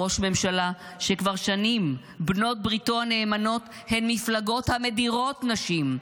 ראש ממשלה שכבר שנים בנות בריתו הנאמנות הן מפלגות המדירות נשים,